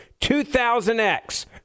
2000X